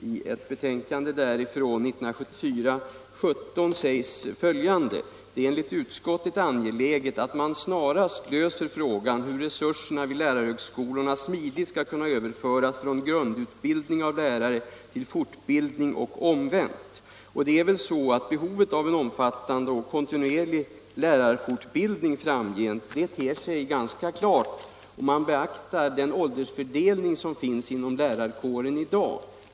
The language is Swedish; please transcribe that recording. I betänkandet 17 år 1974 sägs följande: ”Det är enligt utskottet angeläget att man snarast löser frågan hur resurserna vid lärarhögskolorna smidigt skall kunna överföras från grundläggande lärarutbildning till fortbildning och omvänt.” Att det föreligger ett behov av en omfattande och kontinuerlig lärarfortbildning framstår väl ganska klart om man beaktar den åldersfördelning som finns inom lärarkårerna i dag.